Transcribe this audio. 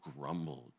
grumbled